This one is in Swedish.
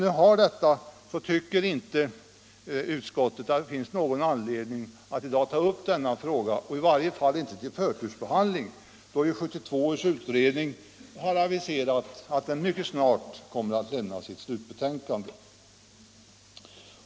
Utskottet tycker därför inte att det finns någon anledning att i dag ta upp denna fråga, i varje fall inte till förtursbehandling, då utredningen har aviserat att den mycket snart kommer att lämna sitt slutbetänkande.